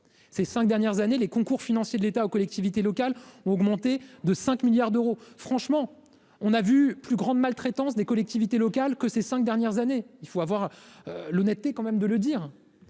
ces 5 dernières années, les concours financiers de l'État aux collectivités locales, augmenté de 5 milliards d'euros, franchement, on a vu plus grande maltraitance des collectivités locales que ces 5 dernières années, il faut avoir l'honnêteté quand même de le dire